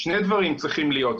שני דברים צריכים להיות,